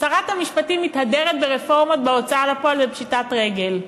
שרת המשפטים מתהדרת ברפורמות בהוצאה לפועל ובפשיטת רגל.